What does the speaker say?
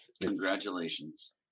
Congratulations